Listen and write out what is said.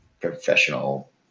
professional